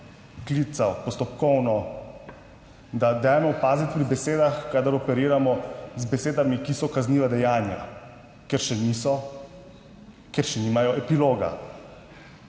klical postopkovno, da dajmo paziti pri besedah, kadar operiramo z besedami, ki so kazniva dejanja, ker še niso, ker še nimajo epiloga.